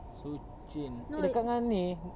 shuqun eh dekat dengan ni